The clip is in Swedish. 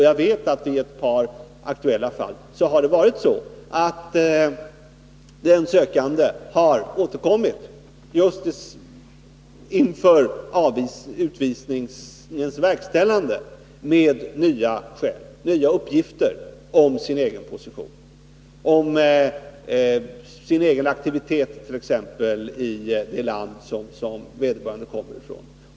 Jag vet att i ett par aktuella fall har den sökande just inför utvisningens verkställande återkommit med nya uppgifter om sin egen position, t. ex om sin aktivitet i det land som vederbörande kommer ifrån.